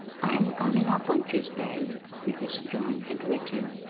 i am coming up on tuesday mrs. john had written.